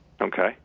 Okay